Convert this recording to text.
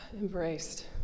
embraced